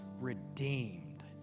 redeemed